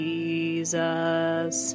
Jesus